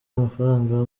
n’amafaranga